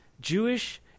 Jewish